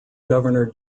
governor